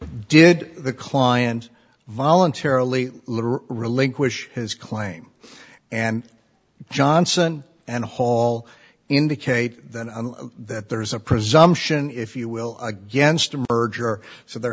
did the client voluntarily relinquish his claim and johnson and haul indicate that there is a presumption if you will against a merger so there